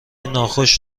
ناخوش